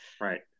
Right